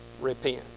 repent